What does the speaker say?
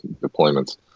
deployments